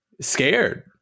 scared